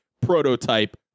prototype